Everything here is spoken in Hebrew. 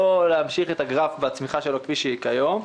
להמשיך את העלייה של הגרף כפי שהיא כיום.